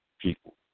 people